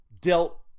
dealt